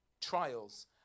trials